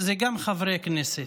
אלה גם חברי כנסת.